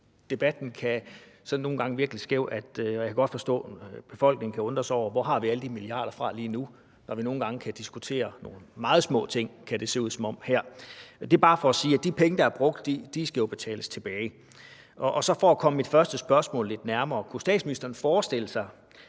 debatten kan nogle gange virke lidt skæv, og jeg kan godt forstå, at befolkningen kan undre sig over, hvor vi har alle de milliarder fra lige nu, når vi nogle gange kan diskutere nogle meget små beløb. Det er bare for at sige, at de penge, der er brugt, jo skal betales tilbage. Så for at komme mit første spørgsmål lidt nærmere: Kunne statsministeren forestille sig,